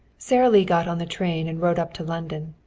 sara lee got on the train and rode up to london.